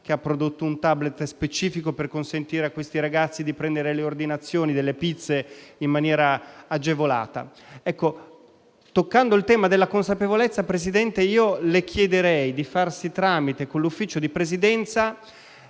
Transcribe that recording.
quale ha prodotto un *tablet* specifico per consentire a questi ragazzi di prendere le ordinazioni delle pizze in maniera agevolata. Pertanto, toccando il tema della consapevolezza, signor Presidente, io le chiederei di farsi tramite, in Consiglio di Presidenza,